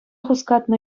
хускатнӑ